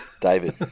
David